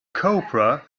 cobra